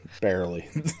barely